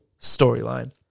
storyline